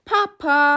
Papa，